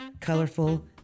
Colorful